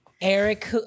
Eric